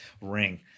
ring